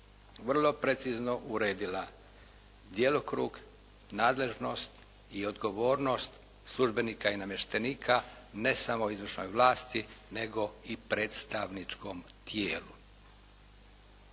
vrlo precizno uredila djelokrug, nadležnost i odgovornost službenika i namještenika ne samo u izvršnoj vlasti nego i predstavničkom tijelu.